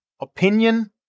opinion